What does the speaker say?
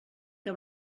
que